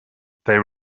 they